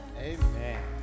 Amen